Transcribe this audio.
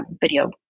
video